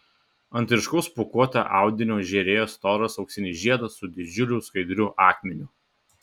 ant ryškaus pūkuoto audinio žėrėjo storas auksinis žiedas su didžiuliu skaidriu akmeniu